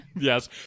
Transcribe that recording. yes